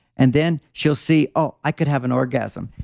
and then she'll see, oh, i could have an orgasm,